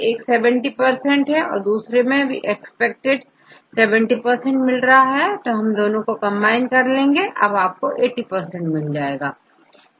एक 70 और दूसरे एस्पेक्ट में 70 मिल रहा हो तो आप दोनों को कंबाइन कर लेंगे अब आपको 80 तक मिल सकता है